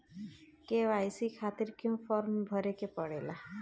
KYC खातिर क्यूं form भरे के पड़ेला?